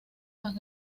más